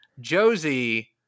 Josie